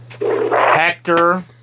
Hector